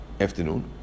afternoon